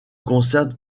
concerne